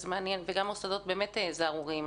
וגם מוסדות באמת זערוריים,